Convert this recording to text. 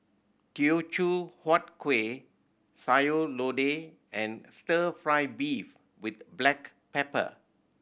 Teochew Huat Kueh Sayur Lodeh and Stir Fry beef with black pepper